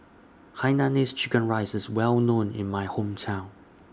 Hainanese Chicken Rice IS Well known in My Hometown